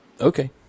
okay